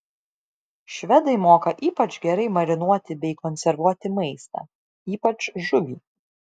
švedai moka ypač gerai marinuoti bei konservuoti maistą ypač žuvį